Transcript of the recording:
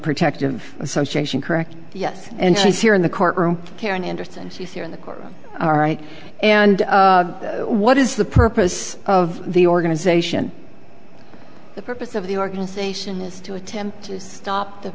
protective association correct yes and she's here in the courtroom karen anderson she's here in the courtroom all right and what is the purpose of the organization the purpose of the organization is to attempt to stop the